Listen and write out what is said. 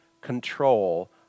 control